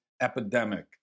epidemic